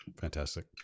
Fantastic